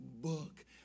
book